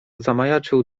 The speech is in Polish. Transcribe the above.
zamajaczył